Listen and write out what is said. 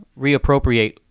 Reappropriate